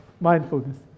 Mindfulness